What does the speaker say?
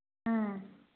ꯎꯝ